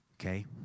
okay